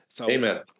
Amen